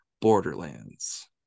Borderlands